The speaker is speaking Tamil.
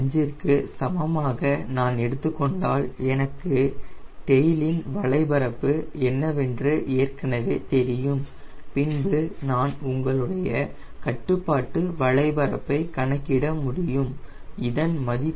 5 ற்கு சமமாக நான் எடுத்துக்கொண்டால் எனக்கு டெயிலின் வளைபரப்பு என்னவென்று ஏற்கனவே தெரியும் பின்பு நான் உங்களுடைய கட்டுப்பாட்டு வளைபரப்பை கணக்கிட முடியும் இதன் மதிப்பு 0